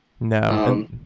No